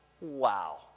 Wow